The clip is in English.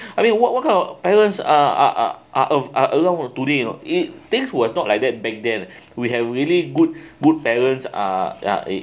I mean what what kind of parents uh uh uh uh a~ uh along today you know it things was not like that back then we have really good good parents uh uh in